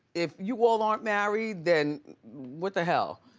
if you all aren't married then what the hell,